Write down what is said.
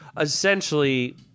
Essentially